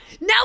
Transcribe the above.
Now